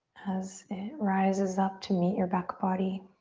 as it rises up to meet your back body.